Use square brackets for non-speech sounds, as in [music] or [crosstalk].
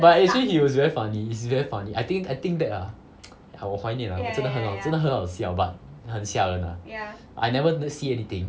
but actually it was very funny it's very funny I think I think back ah [noise] ha 我怀念啊真的很好真的很好笑 but 很吓人啦 I never the see anything